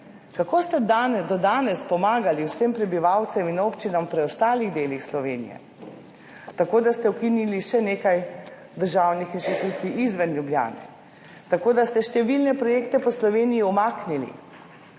Kako ste do danes pomagali vsem prebivalcem in občinam v preostalih delih Slovenije? Tako, da ste ukinili še nekaj državnih institucij izven Ljubljane. Tako, da ste umaknili številne projekte po Sloveniji. Tako,